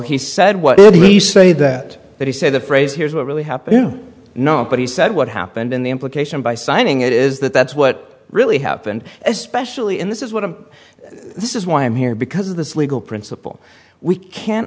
he said what did he say that he said the phrase here is what really happened you know but he said what happened in the implication by signing it is that that's what really happened especially in this is one of this is why i'm here because of this legal principle we can't